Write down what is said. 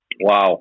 Wow